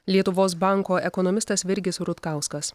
lietuvos banko ekonomistas virgis rutkauskas